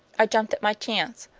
i jumped at my chance.